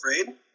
afraid